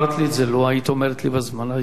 לו היית אומרת לי בזמן הייתי אומר לך.